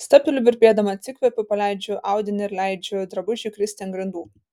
stabteliu virpėdama atsikvepiu paleidžiu audinį ir leidžiu drabužiui kristi ant grindų